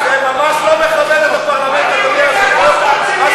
אושר כנוסח הוועדה.